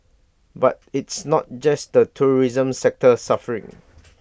but it's not just the tourism sector suffering